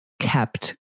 kept